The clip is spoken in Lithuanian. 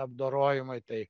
apdorojimui tai